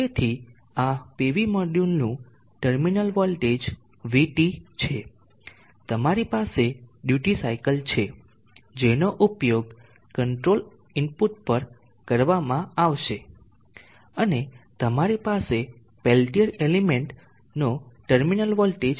તેથી આ PV મોડ્યુલનું ટર્મિનલ વોલ્ટેજ vT છે તમારી પાસે ડ્યુટી સાયકલ છે જેનો ઉપયોગ કંટ્રોલ ઇનપુટ પર કરવામાં આવશે અને તમારી પાસે પેલ્ટીઅર એલિમેન્ટ નો ટર્મિનલ વોલ્ટેજ vp છે